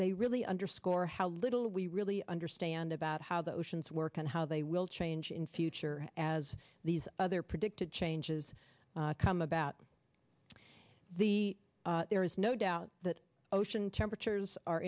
they really underscore how little we really understand about how the oceans work and how they will change in future as these other predicted changes come about the there is no doubt that ocean temperatures are